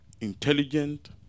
intelligent